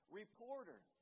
reporter